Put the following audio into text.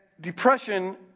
depression